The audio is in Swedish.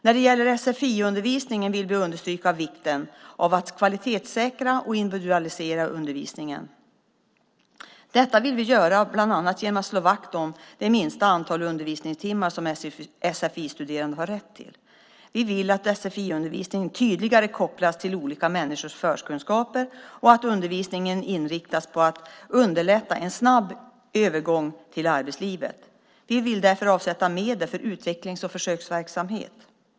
När det gäller sfi-undervisningen vill vi understryka vikten av att kvalitetssäkra och individualisera undervisningen. Detta vill vi göra bland annat genom att slå vakt om det minsta antal undervisningstimmar som de sfi-studerande har rätt till. Vi vill att sfi-undervisningen tydligare kopplas till olika människors förkunskaper och att undervisningen inriktas på att underlätta en snabb övergång till arbetslivet. Vi vill därför avsätta medel för utvecklings och försöksverksamhet.